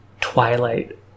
twilight